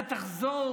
אתה תחזור